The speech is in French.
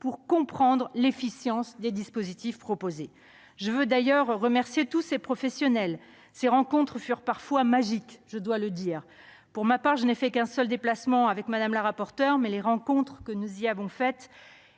pour comprendre l'efficience des dispositifs proposés. Je veux d'ailleurs remercier tous ces professionnels. Ces rencontres furent parfois magiques, je dois le dire. Pour ma part, je n'ai fait qu'un seul des déplacements réalisés par Mme la rapporteure, mais les rencontres que nous avons faites